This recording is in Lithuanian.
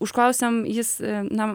užklausiam jis na